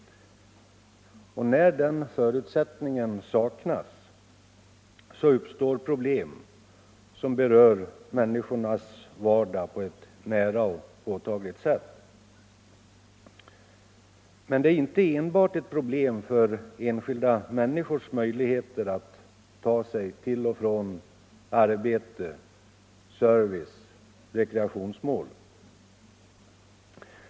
När den förutsättningen saknas uppstår problem som berör människornas vardag på ett nära och påtagligt sätt. Men det är inte enbart ett problem för enskilda människors möjligheter att ta sig till och från arbete, service eller rekreationsmål.